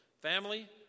Family